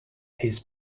his